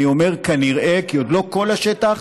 אני אומר "כנראה" כי עוד לא כל השטח,